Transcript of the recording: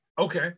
Okay